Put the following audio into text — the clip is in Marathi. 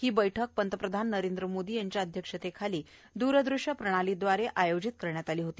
ही बैठक पंतप्रधान नरेंद्र मोदी यांच्या अध्यक्षतेखाली द्ररृश्य प्रणालीदवारे आयोजित करण्यात आली होती